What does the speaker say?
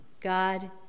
God